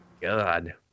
God